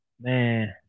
man